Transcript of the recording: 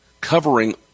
covering